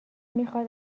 میخاد